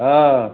हँ